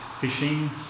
fishing